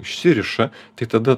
išsiriša tai tada